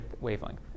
wavelength